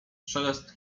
szelest